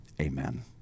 Amen